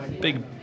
big